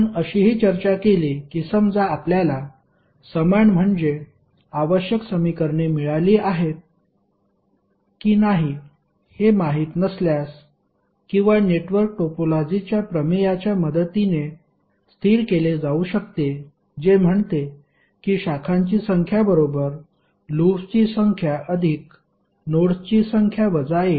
आपण अशीही चर्चा केली की समजा आपल्याला समान म्हणजे आवश्यक समीकरणे मिळाली आहेत की नाही हे माहित नसल्यास किंवा नेटवर्क टोपोलॉजीच्या प्रमेयच्या मदतीने स्थिर केले जाऊ शकते जे म्हणते की शाखांची संख्या बरोबर लूप्सची संख्या अधिक नोडस्ची संख्या वजा 1